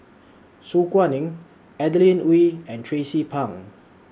Su Guaning Adeline Ooi and Tracie Pang